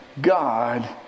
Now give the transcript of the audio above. God